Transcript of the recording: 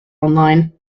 online